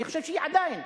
אני חושב שהיא עדיין.